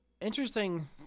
interesting